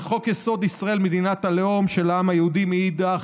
וחוק-יסוד: ישראל מדינת הלאום של העם היהודי מאידך